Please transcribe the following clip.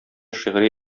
шигъри